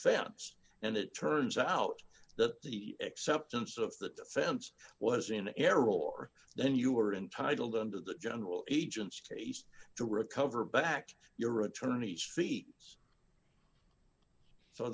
defense and it turns out that the acceptance of the offense was in error or then you are entitled under the general agent's case to recover back your attorney's feet